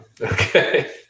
Okay